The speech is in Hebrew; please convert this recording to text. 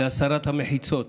להסרת המחיצות,